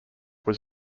was